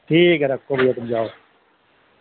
ٹھیک ہے رکھو بھیا تم جاؤ